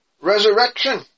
resurrection